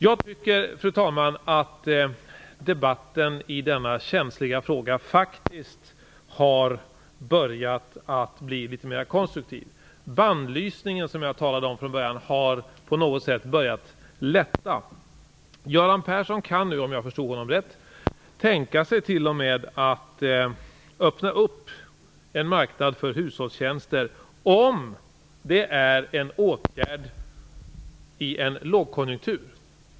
Jag tycker, fru talman, att debatten i denna känsliga fråga faktiskt har börjat bli litet mer konstruktiv. Den bannlysning som jag från början talade om har på något sätt börjat att lätta. Göran Persson kan nu, om jag förstod honom rätt, t.o.m. tänka sig att öppna en marknad för hushållstjänster om det är en åtgärd i en lågkonjunktur.